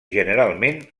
generalment